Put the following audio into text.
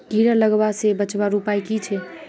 कीड़ा लगवा से बचवार उपाय की छे?